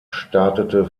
startete